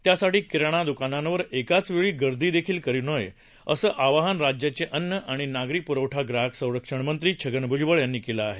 त्यासाठी किराणा द्कानांवर एकाचवेळी गर्दीदेखील करू नये असं आवाहन राज्याचे अन्न आणि नागरी प्रवठा ग्राहक संरक्षण मंत्री छगन भ्जबळ यांनी केलं आहे